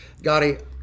Gotti